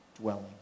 dwelling